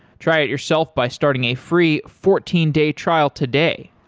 try it yourself by starting a free fourteen day trial today.